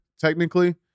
technically